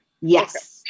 Yes